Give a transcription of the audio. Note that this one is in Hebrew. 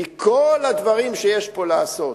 מכל הדברים שיש פה לעשות.